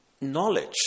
Knowledge